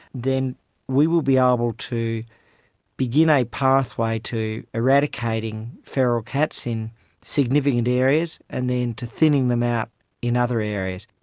then we will be ah able to begin a pathway to eradicating feral cats in significant areas and then to thinning them out in other areas.